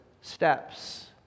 steps